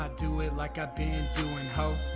ah do it like i been doing how